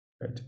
right